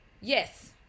yes